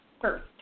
first